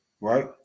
right